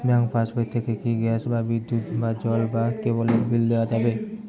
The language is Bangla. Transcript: ব্যাঙ্ক পাশবই থেকে কি গ্যাস বা বিদ্যুৎ বা জল বা কেবেলর বিল দেওয়া যাবে?